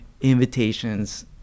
invitations